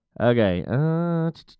Okay